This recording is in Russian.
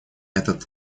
этот